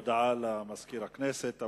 יש הודעה למזכיר הכנסת.